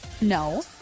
No